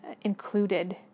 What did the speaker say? included